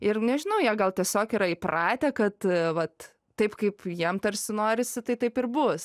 ir nežinau jie gal tiesiog yra įpratę kad vat taip kaip jiem tarsi norisi tai taip ir bus